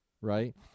right